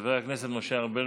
חבר הכנסת משה ארבל,